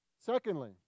Secondly